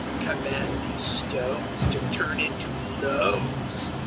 command these stones to turn into loaves.